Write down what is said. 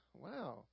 wow